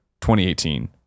2018